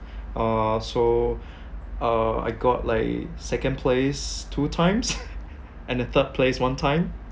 uh so uh I got like second place two times and a third place one time